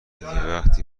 وقتی